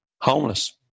homeless